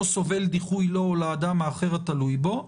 סובל דיחוי לו או לאדם האחר התלוי בו,